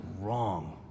wrong